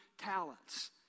talents